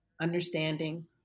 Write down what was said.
understanding